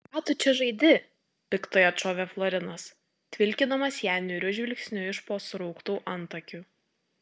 ką tu čia žaidi piktai atšovė florinas tvilkydamas ją niūriu žvilgsniu iš po surauktų antakių